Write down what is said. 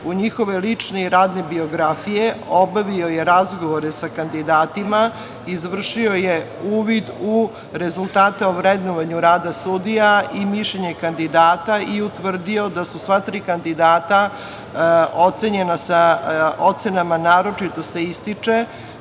u njihove lične i radne biografije, obavio je razgovore sa kandidatima, izvršio je uvid u rezultate o vrednovanju rada sudija i mišljenje kandidata i utvrdio da su sva tri kandidata ocenjena sa ocenama „naročito se ističe“.